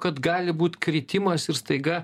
kad gali būt kritimas ir staiga